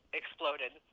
exploded